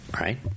right